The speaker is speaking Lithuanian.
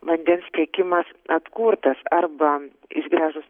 vandens tiekimas atkurtas arba išgręžus